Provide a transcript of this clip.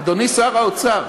אדוני שר האוצר,